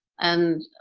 and,